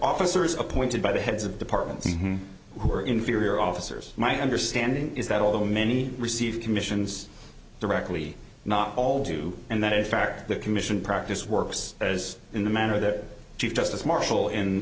officers appointed by the heads of departments who are inferior officers my understanding is that although many receive commissions directly not all do and that is fact the commission practice works as in the manner that chief justice marshall in